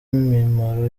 mimaro